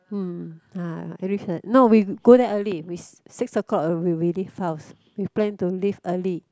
hmm ah every no we go there early we six o-clock we we leave house we plan to leave early